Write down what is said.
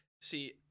See